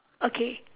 okay